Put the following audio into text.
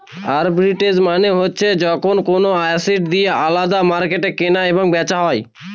arbitrage মানে হচ্ছে যখন কোনো এসেট যদি আলাদা মার্কেটে কেনা এবং বেচা হয়